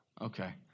Okay